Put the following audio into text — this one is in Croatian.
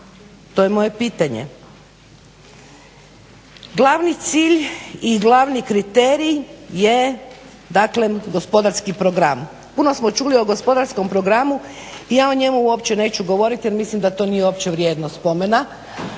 to je moje pitanje? Glavni cilj i glavni kriterij je gospodarski program. Puno smo čuli o gospodarskom programu i ja o njemu uopće neću govoriti jer mislim da to nije uopće vrijedno spomena.